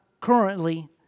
currently